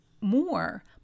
more